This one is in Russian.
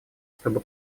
чтобы